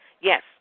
Yes